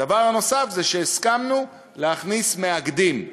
הדבר הנוסף זה שהסכמנו להכניס מאגדים.